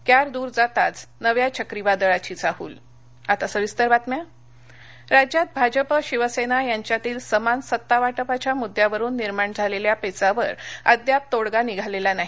क्यार दुर जाताच नव्या चक्रीवादळाची चाहल भाजप निरीक्षक राज्यात भाजपा शिवसेना यांच्यातील समान सत्तावाटपाच्या मुद्द्यावरून निर्माण झालेल्या पेघावर अद्याप तोङगा निघालेला नाही